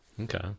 Okay